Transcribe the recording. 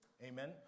Amen